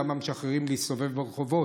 למה משחררים להסתובב ברחובות?